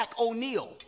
O'Neal